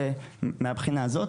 זה מהבחינה הזאת.